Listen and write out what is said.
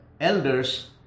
elders